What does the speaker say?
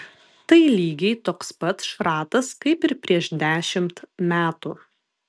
tai lygiai toks pat šratas kaip ir prieš dešimt metų